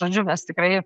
žodžiu mes tikrai